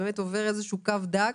עובר איזה קו דק.